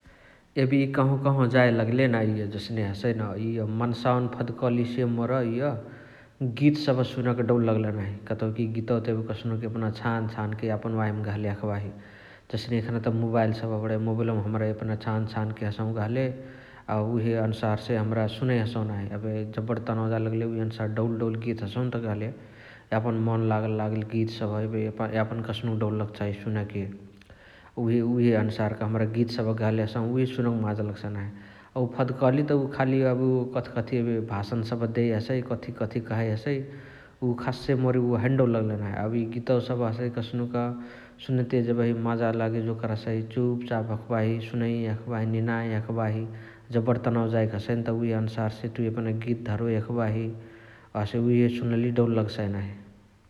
एबे इअ कहवा कहवा जाए लगले ना इअ जसने हसइन इअ मन्सावनी फदकली से मोर इअ गीत सबह सुनके डौल लगलही नाही । कतउकी गीत त एबे कसनुक एपना छानके छानके यापन वाहिमा गहले हखबाही । जसके एखाने त मोबैल सबह बणइ मोबैलौमा हमरा एपनही छान छानके हसहु गहले । अ उहे अनुसार्से हमरा सुनइ हसहु नाही । एबे जबण तनाउ जाए लगले उहे अनुसार डौल डौल गीत हसहुनत गहले । यापन मन लागल लागल गीत सबह एबे यापन कसनुक डौल लगसाइ सुनैकी उहे उहे अनुसारक हमरा गीत सबह गहले हसहु उहे सुनके माजा लगसाइ नाही । अ उअ फदकाली त खाली उ कथकथि एबे भासन सबह देइ हसइ । कथिकथि कहाँइ हसइ । उ खासइ मोर उअ हैन डौल लगलही नाही । एबे इअ गीतवा सबह हसइ कसनुक सुनते जेबही माजा लागे जोकर हसइ चुप चाप हखबाही सुनइ हखबाही निनाइ हखबाही । जबण तनाउ जाएके हसइनत । उहे अनुसारसे तुइ एपनही धरोइ हखबाही । हसे उहे सुनइकी डौल लगसाइ नाही ।